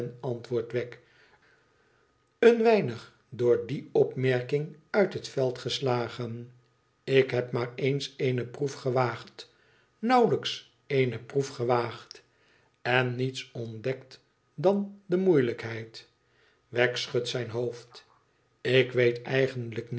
antwoordt wegg een weinig door die opmerking uit het veld geslagen lik heb maar eens eeneproefgewaagd nauwelijks eene proef gewaagd en niets ontdekt dan de moeielijkheid wegg schudt zijn hoofd ik weet eigenlijk